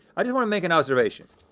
i just wanna make an observation.